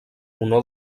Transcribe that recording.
honor